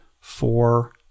four